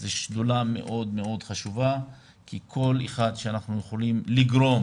זו שדולה מאוד מאוד חשובה כי כל אחד שאנחנו יכולים לגרום